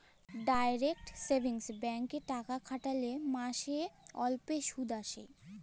direct savings ব্যাংকে টাকা খ্যাটাইলে মাস অল্তে সুদ আসে